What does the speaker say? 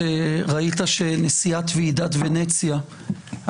ראית שנשיאת ועידת ונציה,